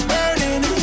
Burning